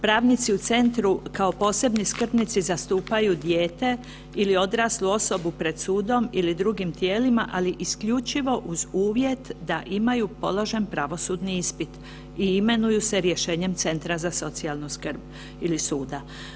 Pravnici u centru kao posebni skrbnici zastupaju dijete ili odraslu osobu pred sudom ili drugim tijelima ali isključivo uz uvjet da imaju položeni pravosudni ispit i imenuju se rješenjem centra za socijalnu skrb ili suda.